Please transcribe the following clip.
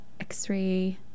x-ray